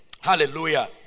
Hallelujah